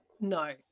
No